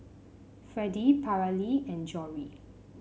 Fredie Paralee and Jory